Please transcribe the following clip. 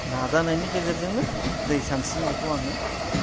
नाजानायनि गेजेरजोंनो दै सानस्रिनायखौ आङो